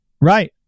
Right